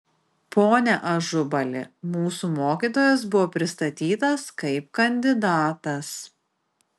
pone ažubali mūsų mokytojas buvo pristatytas kaip kandidatas